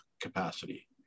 capacity